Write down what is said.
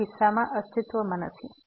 આ કિસ્સામાં અસ્તિત્વમાં નથી